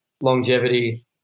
longevity